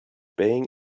being